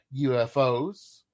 UFOs